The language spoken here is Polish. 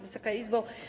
Wysoka Izbo!